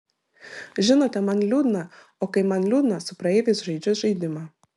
žinote man liūdna o kai man liūdna su praeiviais žaidžiu žaidimą